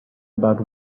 about